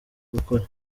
gukora